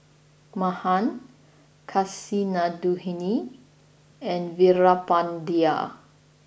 Mahan Kasinadhuni and Veerapandiya